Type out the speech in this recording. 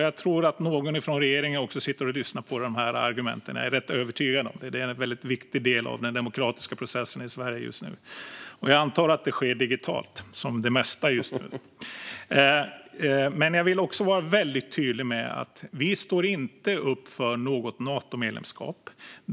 Jag tror att någon från regeringen också sitter och lyssnar på de argumenten. Jag är rätt övertygad om det. Det är nu en väldigt viktig del av den demokratiska processen i Sverige. Jag antar att det sker digitalt, som det mesta just nu. Jag vill också vara väldigt tydlig med att vi inte står upp för något Natomedlemskap.